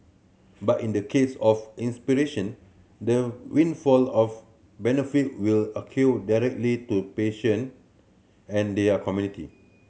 but in the case of the windfall of benefit will accrue directly to patient and their community